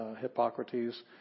Hippocrates